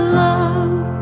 love